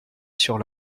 sur